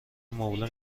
مبله